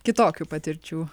kitokių patirčių